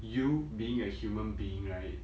you being a human being right